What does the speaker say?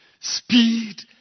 Speed